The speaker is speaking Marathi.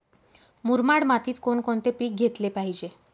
मुरमाड मातीत कोणकोणते पीक घेतले पाहिजे?